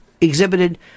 exhibited